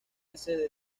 ese